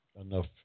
enough